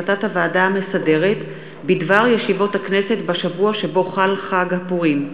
החלטת הוועדה המסדרת בדבר ישיבות הכנסת בשבוע שבו חל חג הפורים.